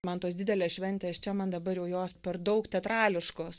man tos didelės šventės čia man dabar jau jos per daug teatrališkos